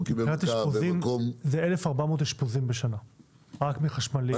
זה 1,400 אשפוזים בשנה רק מחשמליים.